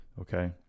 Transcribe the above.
Okay